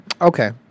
Okay